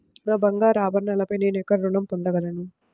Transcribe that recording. నా బంగారు ఆభరణాలపై నేను ఎక్కడ రుణం పొందగలను?